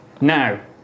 Now